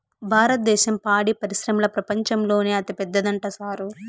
భారద్దేశం పాడి పరిశ్రమల ప్రపంచంలోనే అతిపెద్దదంట సారూ